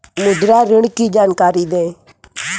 मुद्रा ऋण की जानकारी दें?